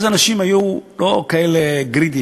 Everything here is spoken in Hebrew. אז אנשים היו לא כאלה greedy,